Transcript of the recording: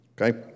okay